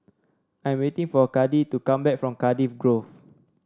I am waiting for Kade to come back from Cardiff Grove